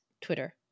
Twitter